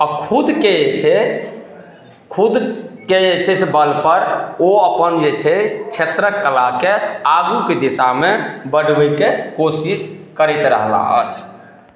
आ खुदके जे छै खुदके जे छै से बल पर ओ अपन जे छै क्षेत्रक कलाके आगूके दिशामे बढबैके कोशिश करैत रहला अछि